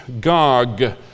Gog